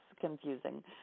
confusing